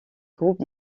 groupes